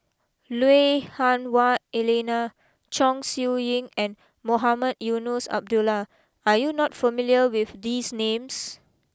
Lui Hah Wah Elena Chong Siew Ying and Mohamed Eunos Abdullah are you not familiar with these names